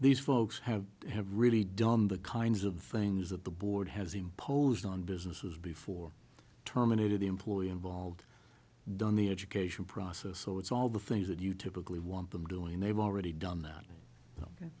these folks have had really done the kinds of things that the board has imposed on businesses before terminated the employee involved done the education process so it's all the things that you typically want them doing they've already done that